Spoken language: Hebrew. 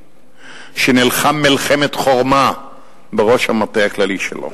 שנלחם מלחמת חורמה בראש המטה הכללי שלו.